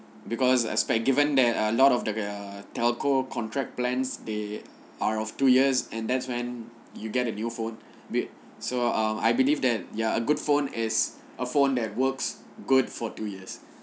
because expect given that a lot of the telco contract plans they are of two years and that's when you get a new phone bill so um I believe that err a good phone is a phone that works good for two years